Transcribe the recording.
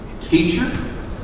Teacher